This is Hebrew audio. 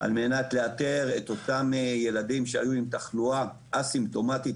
על מנת לאתר את אותם ילדים שהיו עם תחלואה אסימפטומטית,